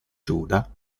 giuda